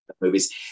movies